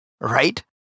right